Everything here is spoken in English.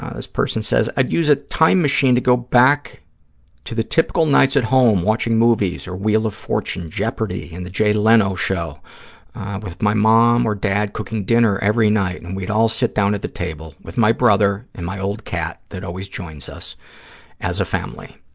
ah person says, i'd use a time machine to go back to the typical nights at home, watching movies or wheel of fortune, jeopardy! and the jay leno show with my mom or dad cooking dinner every night and we'd all sit down at the table, with my brother and my old cat that always joins us as a family.